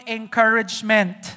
encouragement